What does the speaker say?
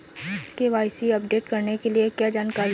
KYC update करने के लिए क्या जानकारी चाहिए?